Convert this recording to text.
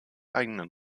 eigenen